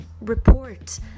report